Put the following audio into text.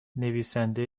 نویسنده